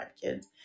kids